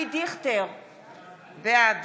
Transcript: בעד